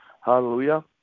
Hallelujah